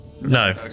No